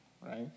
right